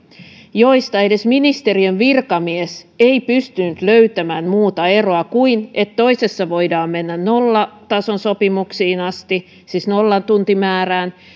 joista edes ministeriön virkamies ei pystynyt löytämään muuta eroa kuin että toisessa voidaan mennä nollatason sopimuksiin asti siis nollatuntimäärään